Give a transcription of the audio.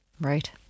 Right